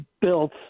built